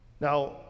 Now